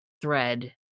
thread